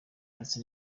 ndetse